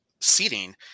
seating